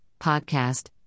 podcast